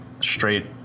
straight